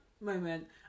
moment